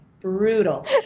brutal